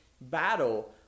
battle